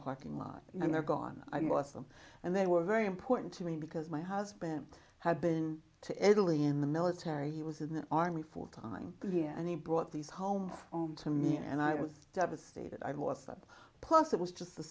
parking lot and they're gone i must them and they were very important to me because my husband had been to italy in the military he was in the army for time and he brought these home to me and i was devastated i was up plus it was just a